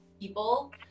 people